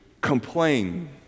complain